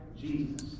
Jesus